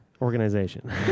organization